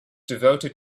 devoted